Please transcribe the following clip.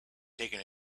taken